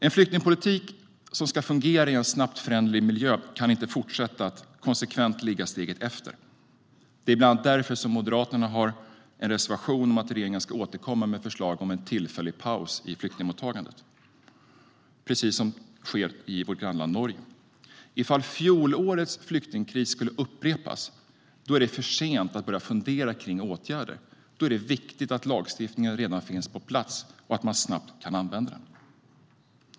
En flyktingpolitik som ska fungera i en snabbt föränderlig miljö kan inte fortsätta att konsekvent ligga steget efter. Det är bland annat därför Moderaterna har en reservation om att regeringen ska återkomma med förslag om en tillfällig paus i flyktingmottagandet, precis som sker i vårt grannland Norge. Ifall fjolårets flyktingkris skulle upprepas är det för sent att börja fundera på åtgärder. Då är det viktigt att lagstiftningen redan finns på plats och att man snabbt kan använda den.